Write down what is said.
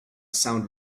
sound